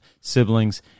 siblings